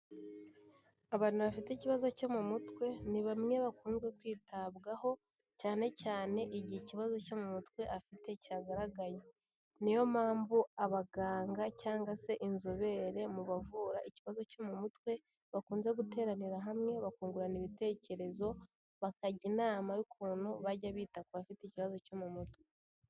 Abantu bafite ikibazo cyo mu mutwe ni bamwe bakunze kwitabwaho cyane cyane igihe ikibazo cyo mu mutwe afite cyagaragaye, niyo mpamvu abaganga cyangwa se inzobere mu bavura ikibazo cyo mu mutwe, bakunze guteranira hamwe bakungurana ibitekerezo, bakajya inama y'ukuntu bajya bita ku bafite ikibazo cyo mu mutwe.